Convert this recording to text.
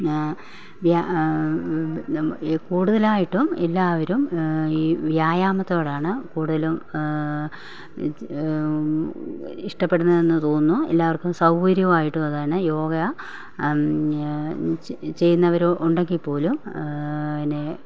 വ്യാ നമ്മ് എ കൂടുതലായിട്ടും എല്ലാവരും ഈ വ്യായാമത്തോടാണ് കൂടുതലും ഇഷ്ടപ്പെടുന്നതെന്നു തോന്നുന്നു എല്ലാവർക്കും സൗകര്യമായിട്ടുള്ളതാണ് യോഗ ചെ ചെയ്യുന്നവരോ ഉണ്ടെങ്കിൽപ്പോലും നേ